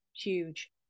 Huge